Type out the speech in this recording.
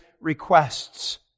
requests